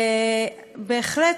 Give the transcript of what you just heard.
ובהחלט,